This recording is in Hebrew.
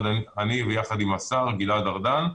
אני יחד עם השר גלעד ארדן,